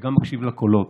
וגם מקשיב לקולות.